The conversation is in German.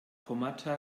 kommata